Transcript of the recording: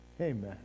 Amen